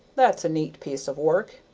that's a neat piece of work,